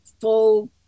full